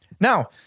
Now